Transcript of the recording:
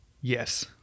Yes